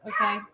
okay